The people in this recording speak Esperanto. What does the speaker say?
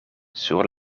sur